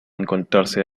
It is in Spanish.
encontrarse